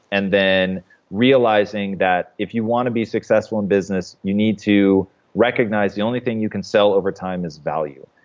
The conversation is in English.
and then realizing that if you want to be successful in business, you need to recognize the only thing you can sell over time is value.